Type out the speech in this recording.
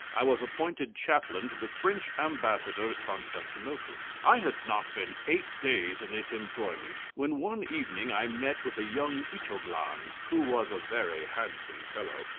i was appointed chaplain to the french ambassador at constantinople. i had not been eight days in this employment when one evening i met with a young ichoglan, who was a very handsome fellow.